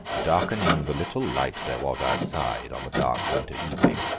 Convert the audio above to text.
darkening the little light there was outside, on the dark winter evening.